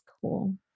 cool